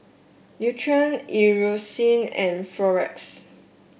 Nutren Eucerin and Floxia